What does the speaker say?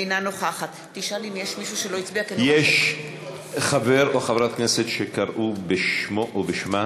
אינה נוכחת יש חבר או חברת כנסת שקראו בשמו או בשמה